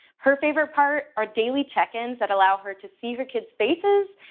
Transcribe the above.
her favorite part are daily check-ins that allow her to see her kids faces,